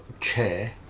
Chair